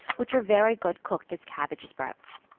which are very good cooked as cabbage sprouts.